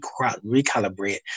recalibrate